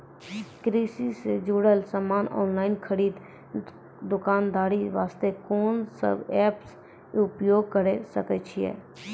कृषि से जुड़ल समान ऑनलाइन खरीद दुकानदारी वास्ते कोंन सब एप्प उपयोग करें सकय छियै?